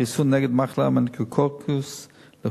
חיסון נגד מחלה מנינגוקוקית לכולם,